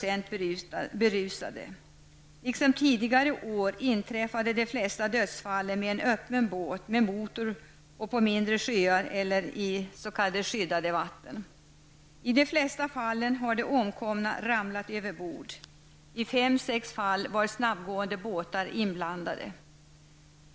Liksom tidigare år inträffade de flesta dödsfallen med en öppen båt med motor och på mindre sjöar eller i s.k. skyddade vatten. I de flesta fallen har de omkomna ramlat överbord. I fem sex fall var snabbgående båtar inblandade.